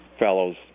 fellows